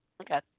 Okay